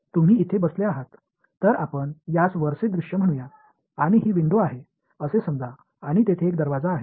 எனவே இதை ஒரு டாப் வியூ என்று அழைப்போம் இது ஒரு ஜன்னல் இன்று சொல்லலாம் இங்கே ஒரு கதவு இருக்கிறது